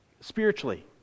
spiritually